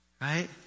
Right